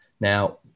Now